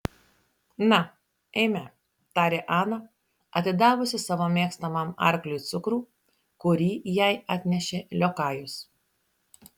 na eime tarė ana atidavusi savo mėgstamam arkliui cukrų kurį jai atnešė liokajus